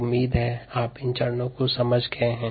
उम्मीद है कि आप इन चरणों को समझ गए हैं